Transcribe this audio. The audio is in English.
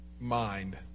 mind